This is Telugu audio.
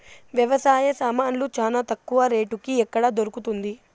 వ్యవసాయ సామాన్లు చానా తక్కువ రేటుకి ఎక్కడ దొరుకుతుంది?